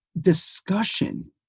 discussion